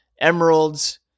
emeralds